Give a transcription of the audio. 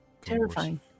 terrifying